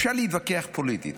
אפשר להתווכח פוליטית.